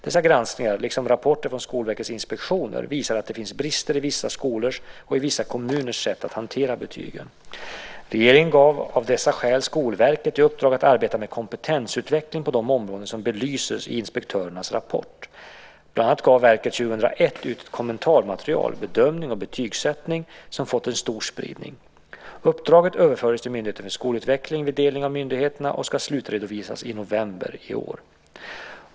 Dessa granskningar, liksom rapporter från Skolverkets inspektioner, visar att det finns brister i vissa skolors och i vissa kommuners sätt att hantera betygen. Regeringen gav av dessa skäl Skolverket i uppdrag att arbeta med kompetensutveckling på de områden som belystes i inspektörernas rapport. Bland annat gav verket 2001 ut ett kommentarmaterial, Bedömning och betygssättning , som fått stor spridning. Uppdraget överfördes till Myndigheten för skolutveckling vid delningen av myndigheterna och ska slutredovisas i november i år.